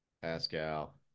Pascal